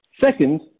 Second